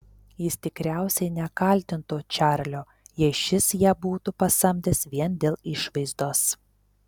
jis tikriausiai nekaltintų čarlio jei šis ją būtų pasamdęs vien dėl išvaizdos